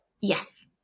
Yes